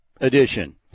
edition